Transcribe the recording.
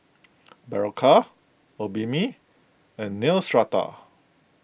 Berocca Obimin and Neostrata